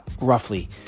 roughly